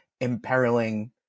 imperiling